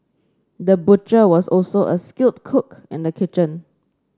the butcher was also a skilled cook in the kitchen